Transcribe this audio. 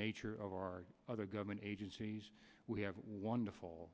nature of our other government agencies we have wonderful